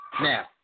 Now